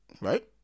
right